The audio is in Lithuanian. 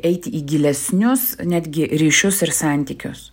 eiti į gilesnius netgi ryšius ir santykius